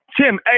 Tim